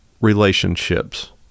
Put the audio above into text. relationships